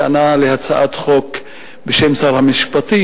כשענה על הצעת חוק בשם שר המשפטים,